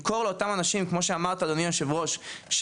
כמו שאמרת אדוני היו"ר למכור לאותם